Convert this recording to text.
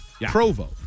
Provo